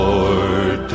Lord